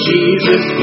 Jesus